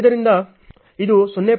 ಆದ್ದರಿಂದ ಇದು 0